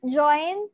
join